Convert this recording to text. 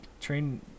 train